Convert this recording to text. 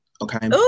okay